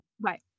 right